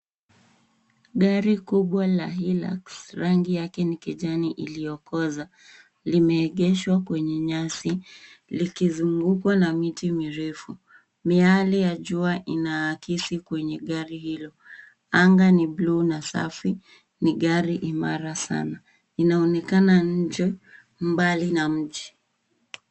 Gari kubwa la Hilux , rangi yake ni kijani iliyokoza, limeegeshwa kwenye nyasi likizungukwa na miti mirefu . Miale ya jua inaakisi kwenye gari hilo. Anga ni bluu na safi . Ni gari imara sana. Inaonekana nje , mbali na mji.